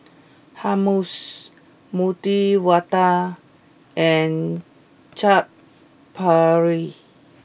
Hummus Medu Vada and Chaat Papri